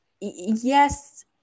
Yes